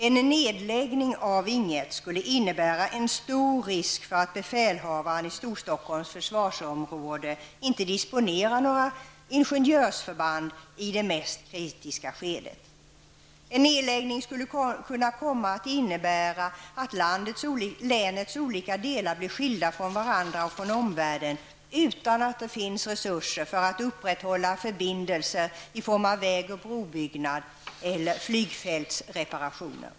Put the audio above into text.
En nedläggning av Ing 1 skulle innebära en stor risk för att befälhavaren i Storstockholms försvarsområde inte disponerar några ingenjörsförband i det mest kritiska skedet. En nedläggning skulle också komma att innebära att länets olika delar blir skilda från varandra och från omvärlden, utan att det finns resurser att upprätthålla förbindelser i form av väg och brobyggnad eller flygfältsreparationer.